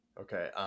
Okay